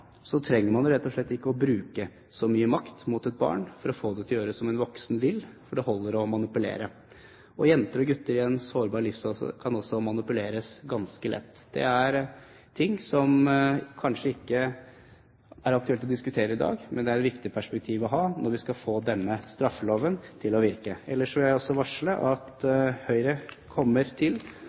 så mye makt for å få det til å gjøre som en voksen vil, for det holder å manipulere, og jenter og gutter i en sårbar livsfase kan også manipuleres ganske lett. Det er ting som det kanskje ikke er aktuelt å diskutere i dag, men det er et viktig perspektiv å ha når vi skal få denne straffeloven til å virke. Jeg vil også varsle at Høyre kommer til